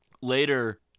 Later